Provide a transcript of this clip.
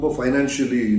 financially